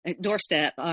doorstep